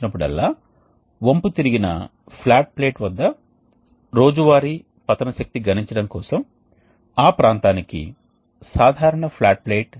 కాబట్టి ఈ ఎరుపు మరియు నారింజ రంగు ఘన రేఖతో వేడి ముగింపు హీట్ ఎక్స్ఛేంజర్ మరియు నారింజ రేఖ విరిగిన గీత మరియు నీలం ఘన రేఖతో మరొక హీట్ ఎక్స్ఛేంజర్ ని ఏర్పరుస్తుంది అది చల్లని ప్రవాహం చివర ఉంటుంది